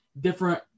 Different